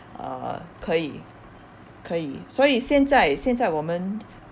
uh 可以可以所以现在现在我们